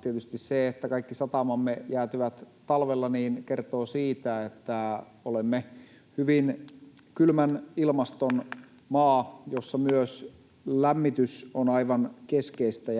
Tietysti se, että kaikki satamamme jäätyvät talvella, kertoo siitä, että olemme hyvin kylmän ilmaston maa, jossa myös lämmitys on aivan keskeistä.